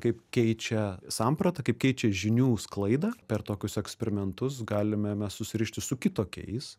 kaip keičia sampratą kaip keičia žinių sklaidą per tokius eksperimentus galime mes susirišti su kitokiais